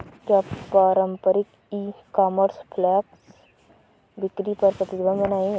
क्या पारंपरिक e commerce flash बिक्री पर प्रतिबंध नहीं है?